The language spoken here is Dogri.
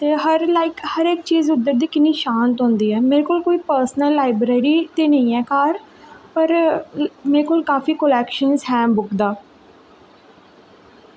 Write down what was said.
ते हर लाइक हर इक चीज उद्धर दी किन्नी शांत होंदी ऐ मेरे कोल कोई प्रसनल लाइब्रेरी ते नेईं ऐ घर पर मेरे कोल काफी कोलैक्शनस हैं बुक दा